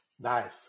Nice